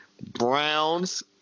Browns